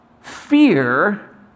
fear